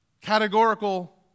categorical